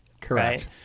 Correct